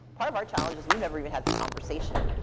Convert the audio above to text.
part of our challenge is we've never even had the conversation.